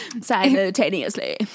simultaneously